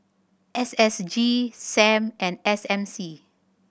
S S G Sam and S M C